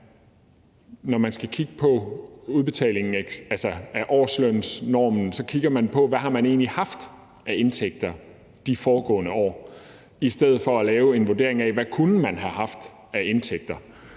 på udbetalingen af årslønsnormen, at kigge på, hvad man egentlig har haft af indtægter de foregående år, i stedet for at lave en vurdering af, hvad man kunne have haft af indtægter.